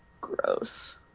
Gross